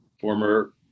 former